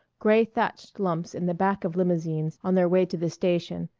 gray-thatched lumps in the back of limousines on their way to the station,